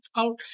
out